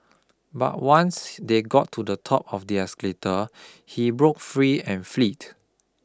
but once they got to the top of the escalator he broke free and fled